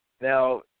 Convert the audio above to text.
Now